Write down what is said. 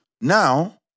now